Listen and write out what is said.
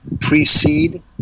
precede